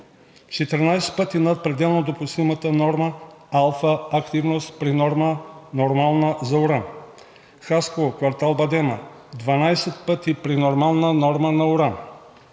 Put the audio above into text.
14 пъти над пределно допустимата норма алфа активност при норма, нормална за уран. Хасково, квартал „Бадема“ – 12 пъти при нормална норма на уран.